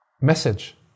message